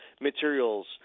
materials